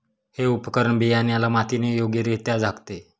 हे उपकरण बियाण्याला मातीने योग्यरित्या झाकते